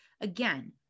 Again